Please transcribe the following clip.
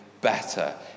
better